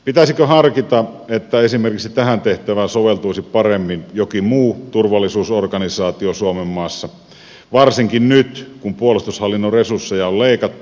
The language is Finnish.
pitäisikö harkita että esimerkiksi tähän tehtävään soveltuisi paremmin jokin muu turvallisuusorganisaatio suomenmaassa varsinkin nyt kun puolustushallinnon resursseja on leikattu